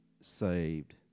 saved